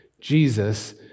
Jesus